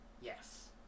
Yes